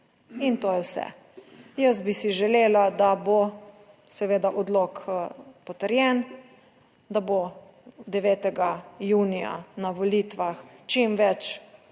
in to je vse. Jaz bi si želela, da bo seveda odlok potrjen. Da bo 9. junija na volitvah čim več